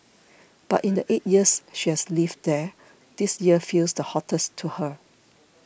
but in the eight years she has lived there this year feels the hottest to her